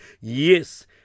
Yes